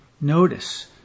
Notice